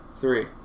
three